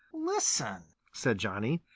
listen! said johnny.